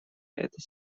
это